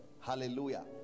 Hallelujah